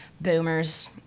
Boomers